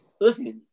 Listen